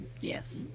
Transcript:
yes